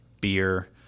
beer